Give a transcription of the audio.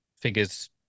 figures